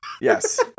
Yes